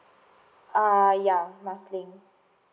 uh ya marsiling